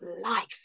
life